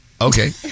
Okay